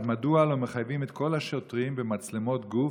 1. מדוע לא מחייבים את כל השוטרים במצלמות גוף,